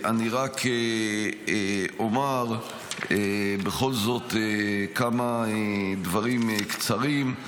אני רק אומר בכל זאת כמה דברים קצרים: